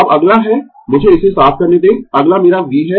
अब अगला है मुझे इसे साफ करने दें अगला मेरा V है